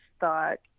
thought